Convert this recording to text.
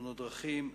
תאונות דרכים,